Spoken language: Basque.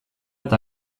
eta